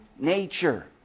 nature